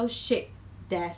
I understand